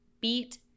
beat